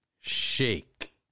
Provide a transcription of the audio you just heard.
shake